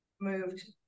moved